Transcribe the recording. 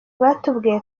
batubwiye